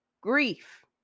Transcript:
grief